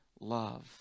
love